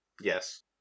Yes